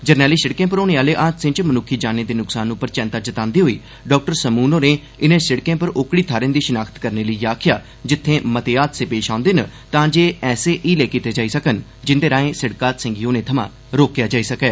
जरनैली सिड़कें पर होने आहले हादसें च मनुक्खी जानें दे नुक्सान उप्पर चैंता जतांदे होई डाक्टर समून होरें इनें सिड़कें पर ओकड़ी थाहूँ दी शिनाख्त करने लेई आखेआ जित्थें मते हादसे पेश औंदे न तांजे ऐसे हीले कीते जाई सकन जिंदे राएं सिड़क हादसें गी होने थमां रोकेआ जाई सकै